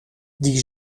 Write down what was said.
die